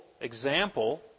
example